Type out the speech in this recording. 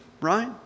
right